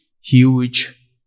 huge